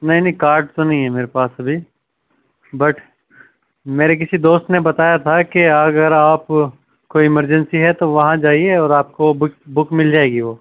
نہیں نہیں کارڈ تو نہیں ہے میرے پاس ابھی بٹ میرے کسی دوست نے بتایا تھا کہ اگر آپ کو ایمرجنسی ہے تو وہاں جائیے آپ کو وہاں بک بک مِل جائے گی وہ